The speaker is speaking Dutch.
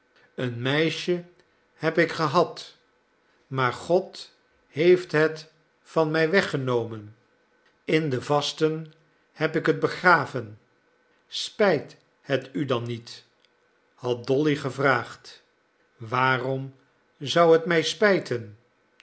een meisje heb ik gehad maar god heeft het van mij weggenomen in de vasten heb ik het begraven spijt het u dan niet had dolly gevraagd waarom zou het mij spijten